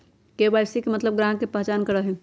KYC के मतलब ग्राहक का पहचान करहई?